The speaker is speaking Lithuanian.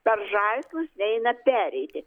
per žaislus neina pereiti